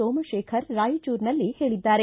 ಸೋಮಶೇಖರ್ ರಾಯಚೂರಿನಲ್ಲಿ ಹೇಳಿದ್ದಾರೆ